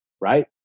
right